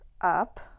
up